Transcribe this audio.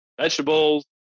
vegetables